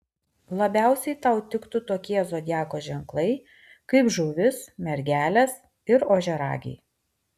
labiausiai tau tiktų tokie zodiako ženklai kaip žuvys mergelės ir ožiaragiai